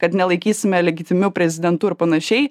kad nelaikysime legitimiu prezidentu ir panašiai